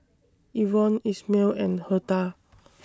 Evon Ismael and Hertha